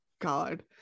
God